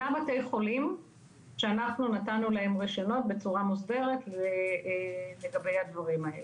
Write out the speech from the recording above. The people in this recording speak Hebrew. בתי חולים שאנחנו נתנו להם רישיונות בצורה מוסדרת לגבי הדברים האלה.